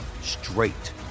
straight